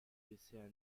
bisher